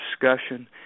discussion